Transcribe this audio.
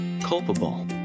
culpable